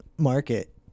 Market